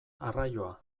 arraioa